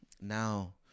now